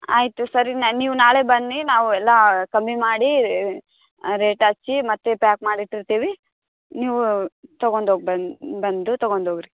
ಆಯಿತು ಸರಿ ನಾ ನೀವು ನಾಳೆ ಬನ್ನಿ ನಾವು ಎಲ್ಲ ಕಮ್ಮಿ ಮಾಡಿ ರೇಟ್ ಹಚ್ಚಿ ಮತ್ತೆ ಪ್ಯಾಕ್ ಮಾಡಿ ಇಟ್ಟಿರ್ತೀವಿ ನೀವು ತಗೊಂಡು ಹೋಗ್ ಬಂದು ಬಂದು ತಗೊಂಡು ಹೋಗ್ರಿ